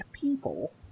people